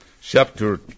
Chapter